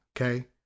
okay